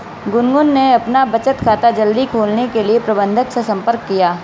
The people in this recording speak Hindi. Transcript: गुनगुन ने अपना बचत खाता जल्दी खोलने के लिए प्रबंधक से संपर्क किया